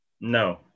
no